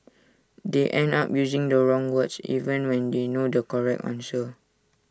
they end up using the wrong words even when they know the correct answer